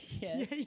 yes